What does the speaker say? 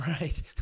Right